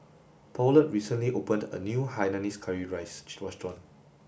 Paulette recently opened a new hainanese curry rice restaurant